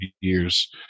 years